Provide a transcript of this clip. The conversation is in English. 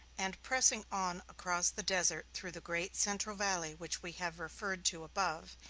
and, pressing on across the desert through the great central valley which we have referred to above,